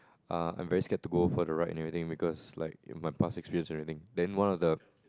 uh I very scared to go for the ride and everything because like my past experiences everything then one of the